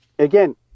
Again